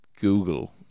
google